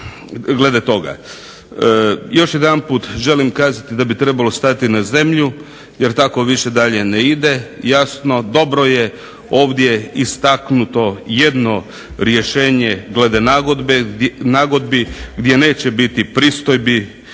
svega toga. Još jedanput želim kazati da bi trebalo stati na zemlju jer tako više dalje ne ide. Jasno dobro je ovdje istaknuto jedno rješenje glede nagodbi gdje neće biti pristojbi